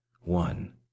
one